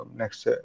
next